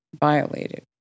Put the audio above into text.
Violated